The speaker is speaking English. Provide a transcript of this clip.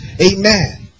Amen